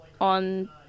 on